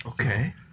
Okay